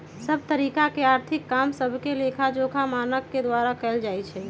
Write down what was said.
सभ तरिका के आर्थिक काम सभके लेखाजोखा मानक के द्वारा कएल जाइ छइ